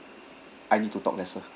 I need to talk lesser